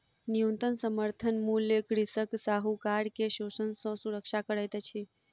न्यूनतम समर्थन मूल्य कृषक साहूकार के शोषण सॅ सुरक्षा करैत अछि